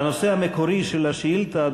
בנושא המקורי של השאילתה,